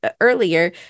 earlier